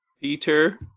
peter